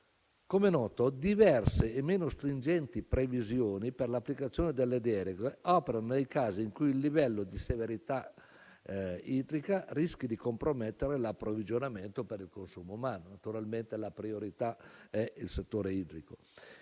Come è noto, diverse e meno stringenti previsioni per l'applicazione delle deroghe operano nei casi in cui il livello di severità idrica rischi di compromettere l'approvvigionamento per il consumo umano. Naturalmente la priorità è il settore idrico